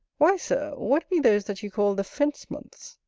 why, sir, what be those that you call the fence-months?